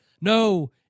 No